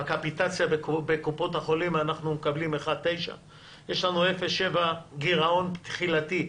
בקפיטציה בקופות החולים אנחנו מקבלים 1.9. יש לנו 0.7 גירעון תחילתי.